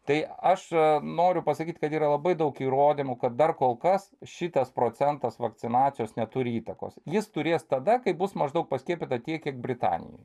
tai aš noriu pasakyt kad yra labai daug įrodymų kad dar kol kas šitas procentas vakcinacijos neturi įtakos jis turės tada kai bus maždaug paskiepyta tiek kiek britanijoj